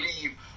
leave